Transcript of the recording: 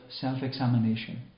self-examination